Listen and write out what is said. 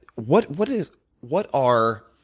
what what is what are